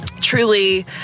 truly